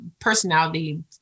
personality